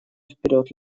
вперед